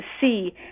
see